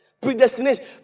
Predestination